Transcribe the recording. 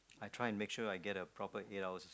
I try and make sure I get a proper ails